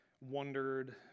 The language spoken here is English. wondered